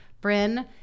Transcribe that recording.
Bryn